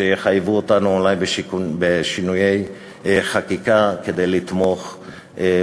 שיחייבו אותנו אולי בשינויי חקיקה כדי לתמוך